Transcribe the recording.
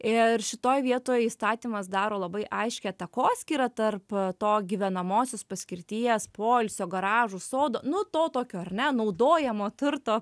ir šitoj vietoj įstatymas daro labai aiškią takoskyrą tarp to gyvenamosios paskirties poilsio garažų sodo nu to tokio ar ne naudojamo turto